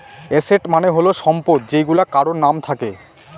asset মানে হল সম্পদ যেইগুলা কারোর নাম থাকে